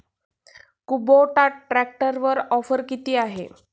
Kubota ट्रॅक्टरवर offer किती आहे?